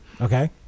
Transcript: okay